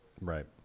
Right